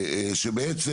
שבעצם,